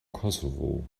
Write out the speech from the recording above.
kosovo